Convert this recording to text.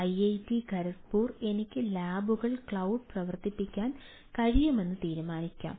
IIT Kharagpur എനിക്ക് ലാബുകൾ ക്ലൌഡിൽ പ്രവർത്തിപ്പിക്കാൻ കഴിയുമെന്ന് തീരുമാനിക്കാം